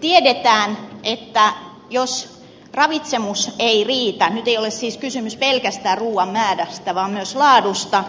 tiedetään että jos ravitsemus ei riitä nyt ei ole siis kysymys pelkästään ruuan määrästä vaan myös laadusta